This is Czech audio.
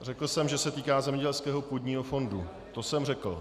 Řekl jsem, že se týká zemědělského půdního fondu, to jsem řekl.